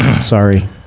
sorry